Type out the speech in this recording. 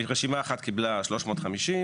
רשימה אחת קיבלה 350,